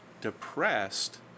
depressed